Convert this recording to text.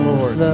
Lord